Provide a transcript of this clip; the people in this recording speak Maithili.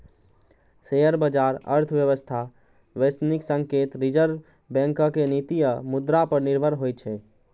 शेयर बाजार अर्थव्यवस्था, वैश्विक संकेत, रिजर्व बैंकक नीति आ मुद्रा पर निर्भर होइ छै